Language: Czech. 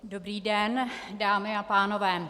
Dobrý den dámy a pánové.